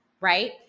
right